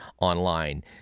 online